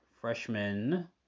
freshman